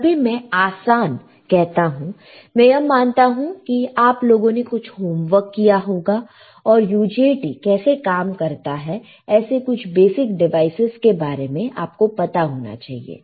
जब भी मैं आसान कहता हूं मैं यह मानता हूं कि आप लोगों ने कुछ होमवर्क किया होगा और UJT कैसे काम करता है ऐसे कुछ बेसिक डिवाइसेज के बारे में आपको पता होना चाहिए